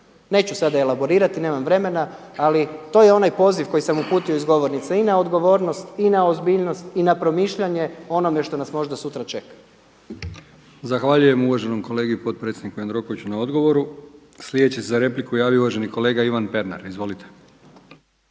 Neću sada elaborirati nemam vremena, ali to je onaj poziv koji sam uputio s govornice i na odgovornost i na ozbiljnost i na promišljanje o onome što nas možda sutra čeka. **Brkić, Milijan (HDZ)** Zahvaljujem uvaženom kolegi potpredsjedniku Jandrokoviću na odgovoru. Sljedeći se za repliku javio uvaženi kolega Ivan Pernar. Izvolite.